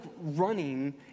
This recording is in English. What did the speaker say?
running